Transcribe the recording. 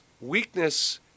weakness